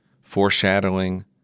foreshadowing